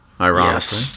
Ironically